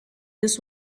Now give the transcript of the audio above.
this